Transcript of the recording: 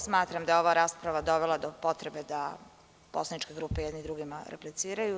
Smatram da je ova rasprava dovela do potrebe da poslaničke grupe jedne drugima repliciraju.